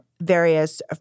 various